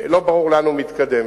לא ברור לאן הוא מתקדם.